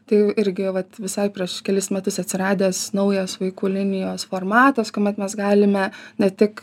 tai irgi vat visai prieš kelis metus atsiradęs naujas vaikų linijos formatas kuomet mes galime ne tik